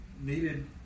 needed